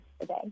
today